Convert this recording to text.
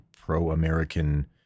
pro-American